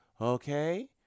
Okay